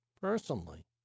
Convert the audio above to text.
Personally